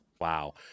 Wow